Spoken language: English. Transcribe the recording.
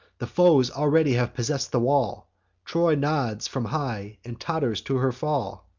the foes already have possess'd the wall troy nods from high, and totters to her fall.